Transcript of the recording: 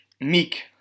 Meek